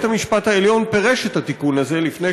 בית המשפט העליון פירש את התיקון הזה לפני